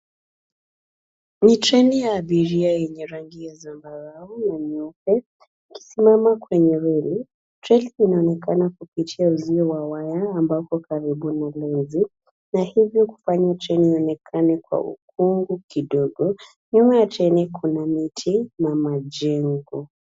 Ni treni ya abiria yenye rangi ya zambarau na nyeupe ikisimama kwenye reli. Treni inaonekana kupitia uzio wa waya ambalo karibu na ulinzi na hiivi kufanya treni ionekane kwa ukungu kidogo . Nyuma ya treni kuna miti na majengo.